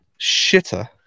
shitter